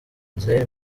israel